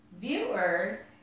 viewers